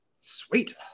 Sweet